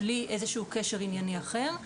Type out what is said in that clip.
בלי איזשהו קשר ענייני אחר.